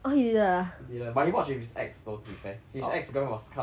he didn't but he watched with his ex though to be fair his ex girlfriend was kind of like psycho